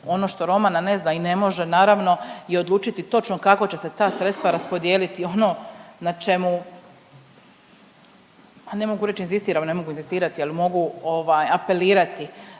Ono što Romana ne zna i ne može naravno i odlučiti točno kako će se ta sredstva raspodijeliti ono na čemu a ne mogu reći inzistiram, ne mogu inzistirati